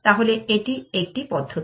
তাহলে এটি একটি পদ্ধতি